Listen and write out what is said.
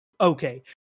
Okay